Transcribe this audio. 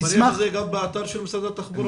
האם זה גם באתר של משרד התחבורה?